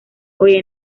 hoy